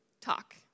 talk